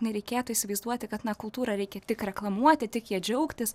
nereikėtų įsivaizduoti kad na kultūrą reikia tik reklamuoti tik ja džiaugtis